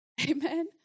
Amen